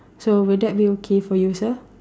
so will that be okay for you sir